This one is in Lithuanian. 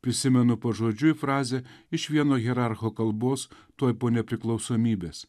prisimenu pažodžiui frazę iš vieno hierarcho kalbos tuoj po nepriklausomybės